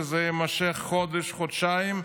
שזה יימשך חודש או חודשיים,